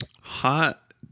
hot